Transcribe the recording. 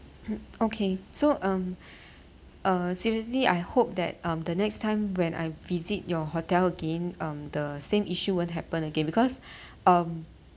okay so um uh seriously I hope that um the next time when I visit your hotel again um the same issue won't happen again because um